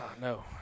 no